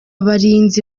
barinzi